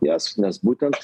jas nes būtent